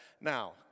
now